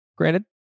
Granted